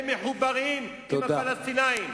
הם מחוברים עם הפלסטינים.